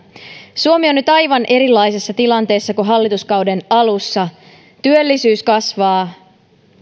suomi on nyt aivan erilaisessa tilanteessa kuin hallituskauden alussa työllisyys kasvaa